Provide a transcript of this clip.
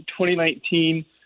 2019